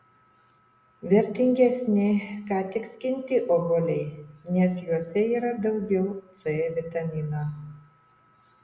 vertingesni ką tik skinti obuoliai nes juose yra daugiau c vitamino